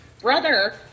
brother